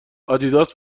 آدیداس